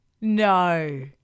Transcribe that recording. No